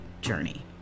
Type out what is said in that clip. journey